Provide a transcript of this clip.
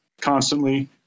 constantly